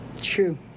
True